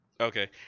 okay